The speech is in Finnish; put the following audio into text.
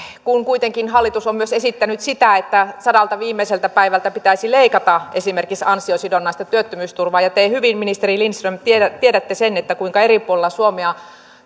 kun kuitenkin hallitus on myös esittänyt sitä että sadalta viimeiseltä päivältä pitäisi leikata esimerkiksi ansiosidonnaista työttömyysturvaa ja te hyvin ministeri lindström tiedätte tiedätte sen kuinka eri puolella suomea